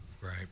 Right